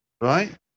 Right